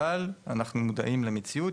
אבל אנחנו מודעים למציאות,